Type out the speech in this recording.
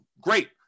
Great